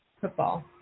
Football